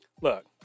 Look